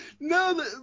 No